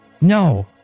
No